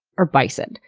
or bison?